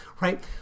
right